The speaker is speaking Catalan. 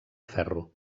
ferro